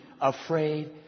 afraid